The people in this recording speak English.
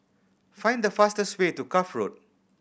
find the fastest way to Cuff Road